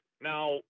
Now